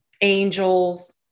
angels